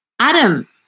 Adam